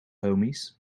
homies